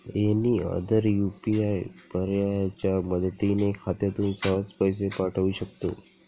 any other UPI पर्यायाच्या मदतीने खात्यातून सहज पैसे पाठवू शकतो